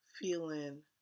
feeling